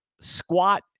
squat